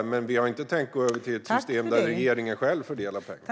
Men vi har inte tänkt gå över till ett system där regeringen själv fördelar pengarna.